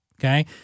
okay